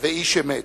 ואיש אמת.